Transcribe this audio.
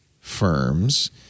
firms